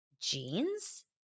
jeans